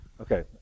Okay